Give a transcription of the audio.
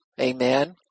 Amen